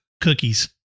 Cookies